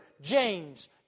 James